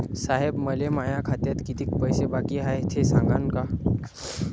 साहेब, मले माया खात्यात कितीक पैसे बाकी हाय, ते सांगान का?